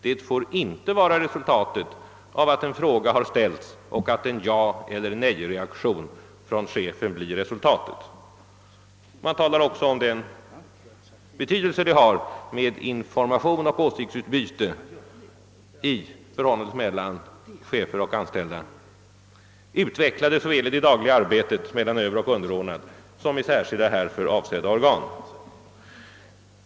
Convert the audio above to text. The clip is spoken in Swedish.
Det får inte vara en jaeller nej-reaktion från chefen som resultat av att en fråga har ställts. Det talas också om den betydelse det har med information och åsiktsutbyte i förhållandet mellan chefer och anställda, såväl i det dagliga samarbetet mellan överoch underordnade som i särskilda härför avsedda organ.